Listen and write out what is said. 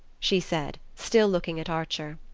she said, still looking at archer.